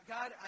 God